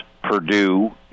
Purdue